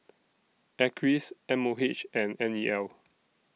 Acres M O H and N E L